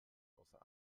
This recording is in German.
außer